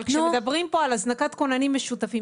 אבל כשמדברים פה על הזנקת כוננים משותפים,